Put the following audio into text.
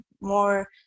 more